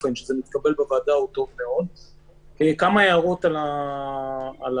פה מדובר על